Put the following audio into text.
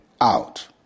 Out